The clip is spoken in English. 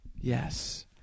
Yes